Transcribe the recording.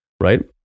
right